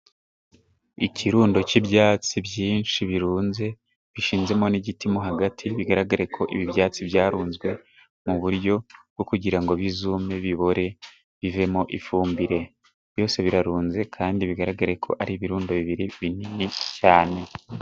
Ikirundo k'ibyatsi byinshi birunze bishinzemo n'igiti mo hagati, bigaragare ko ibi byatsi byarunzwe mu buryo bwo kugira ngo bizume bibore bive mu ifumbire, byose birarunze kandi bigaragare ko ari ibirundo bibiri binini cyane.